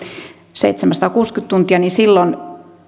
seitsemänsataakuusikymmentä tuntia niin silloin